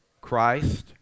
christ